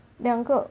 两个